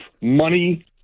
money